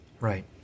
Right